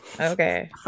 okay